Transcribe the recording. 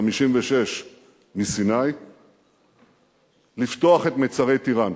ב-1956 מסיני לפתוח את מצרי טיראן.